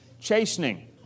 chastening